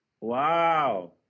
Wow